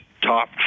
top